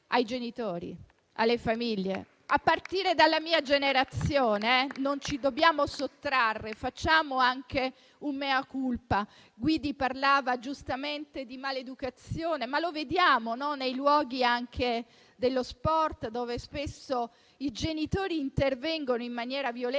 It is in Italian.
ai genitori, alle famiglie. A partire dalla mia generazione, noi non ci dobbiamo sottrarre e fare anche un *mea culpa*. Il senatore Guidi parlava, giustamente, di maleducazione e la vediamo anche nei luoghi dello sport, dove spesso i genitori intervengono in maniera violenta